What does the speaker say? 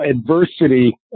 adversity